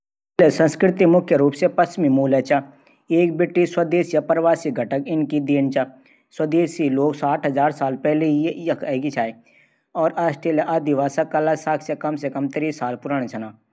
जापान संस्कृति वख आधुनिक चा पश्चिमी लोक संगीत चारों तरफ वख फैलों रैंदू। जापान मां टोकरी का उपयोग ज्यादा करदन। बाकी बख संस्कृति बहुत अच्छी चा।